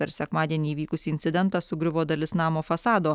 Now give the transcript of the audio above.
per sekmadienį įvykusį incidentą sugriuvo dalis namo fasado